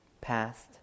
Past